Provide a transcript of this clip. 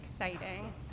exciting